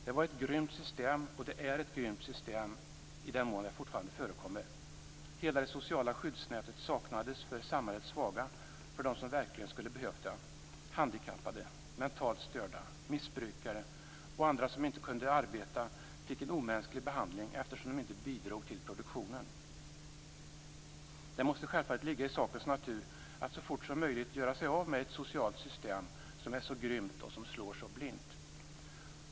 Det var ett grymt system, och det är ett grymt system i den mån det fortfarande förekommer. Hela det sociala skyddsnätet saknades för samhällets svaga, för dem som verkligen skulle behövt det. Handikappade, mentalt störda, missbrukare och andra som inte kunde arbeta fick en omänsklig behandling eftersom de inte bidrog till produktionen. Det måste självfallet ligga i sakens natur att så fort som möjligt göra sig av med ett socialt system som är så grymt och som slår så blint.